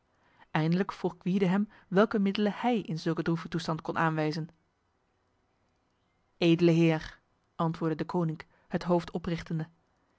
eindelijk vroeg gwyde hem welke middelen hij in zulke droeve toestand kon aanwijzen edele heer antwoordde deconinck het hoofd oprichtende